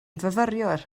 fyfyriwr